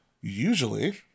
usually